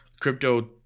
crypto